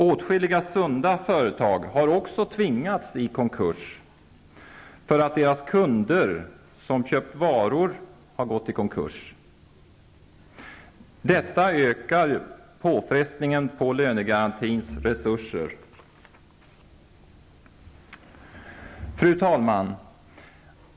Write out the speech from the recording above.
Åtskilliga sunda företag har också tvingats i konkurs, eftersom de kunder som har köpt deras varor har gått i konkurs. Detta ökar påfrestningarna på lönegarantins resurser. Fru talman!